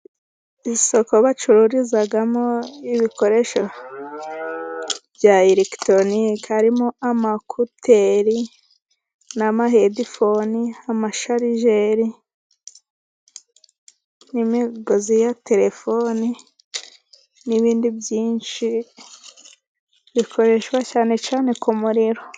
Isoko bacururizamo ibikoresho bya eregiteronike harimo amakuteri n'amahedifoni amasharijeri n'imigozi ya telefoni n'ibindi byinshi bikoreshwa cyane cyane ku muriro.